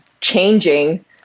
changing